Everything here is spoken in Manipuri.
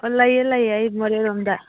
ꯑꯣ ꯂꯩꯌꯦ ꯂꯩꯌꯦ ꯑꯩ ꯃꯣꯔꯦꯔꯣꯝꯗ